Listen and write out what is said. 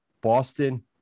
Boston